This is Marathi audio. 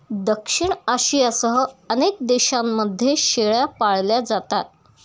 दक्षिण आशियासह अनेक देशांमध्ये शेळ्या पाळल्या जातात